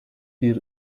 bir